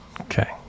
Okay